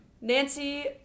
Nancy